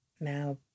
now